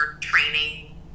training